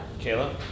Kayla